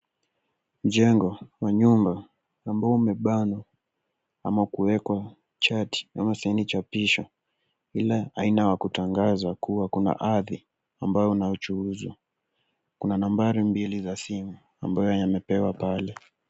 Mjengo wa nyumba ambao umebanwa, ama kuekwa chati chenye chapisho cha aina ya kutangaza kua kuna ardhi ambayo inayochuuzwa. Kuna nambari mbili za simu ambayo yamepewa pale.